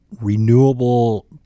renewable